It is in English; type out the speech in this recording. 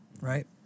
right